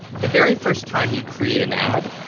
the very first time you create an ad,